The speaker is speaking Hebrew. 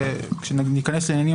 וכשניכנס לעניינים,